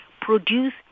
produce